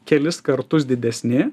kelis kartus didesni